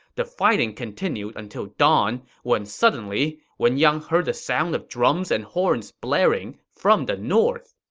the fighting continued until dawn, when suddenly, wen yang heard the sound of drums and horns blaring from the north.